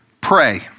pray